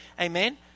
Amen